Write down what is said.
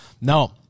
No